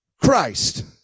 Christ